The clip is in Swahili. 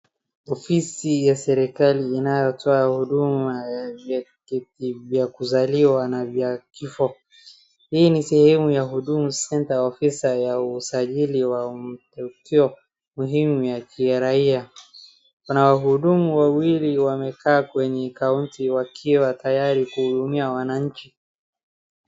Ofisi ya serikali inayotoa huduma vya kuzaliwa na vya kifo, hii ni sehemu ya hudumu center officer ya usajili wa matukio muhimu ya kiraia . Kuna wahudumu wawili wamekaa kwenye kaunti wakiwa tayari kuwahudumia wananchi .